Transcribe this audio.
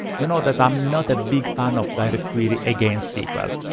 you know that i'm not a big fan of directquery against sql.